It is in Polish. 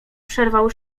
przerwał